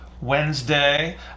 Wednesday